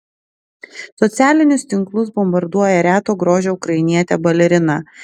socialinius tinklus bombarduoja reto grožio ukrainietė balerina